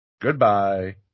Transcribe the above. Goodbye